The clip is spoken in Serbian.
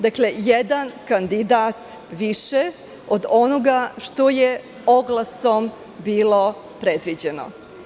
Dakle, jedan kandidat više od onoga što je oglasom bilo predviđeno.